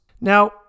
Now